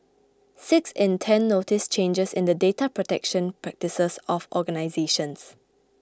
six in ten noticed changes in the data protection practices of organisations